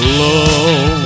love